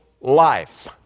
life